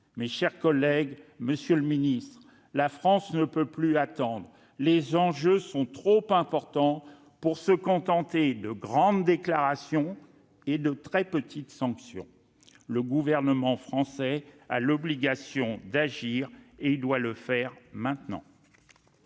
mes chers collègues, la France ne peut plus attendre, les enjeux sont trop importants pour se contenter de grandes déclarations et de très petites sanctions. Le gouvernement français a l'obligation d'agir, et il doit le faire maintenant.